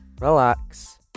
relax